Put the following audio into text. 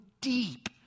deep